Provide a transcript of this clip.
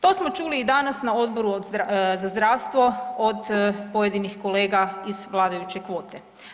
To smo čuli i danas na Odboru za zdravstvo od pojedinih kolega iz vladajuće kvote.